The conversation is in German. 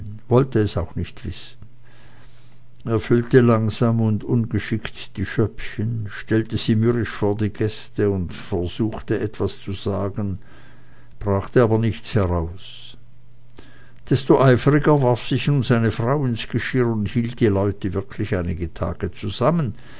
wollte es auch nicht wissen er füllte langsam und ungeschickt die schöppchen stellte sie mürrisch vor die gäste und versuchte etwas zu sagen brachte aber nichts heraus desto eifriger warf sich nun seine frau ins geschirr und hielt die leute wirklich einige tage zusammen